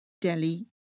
Delhi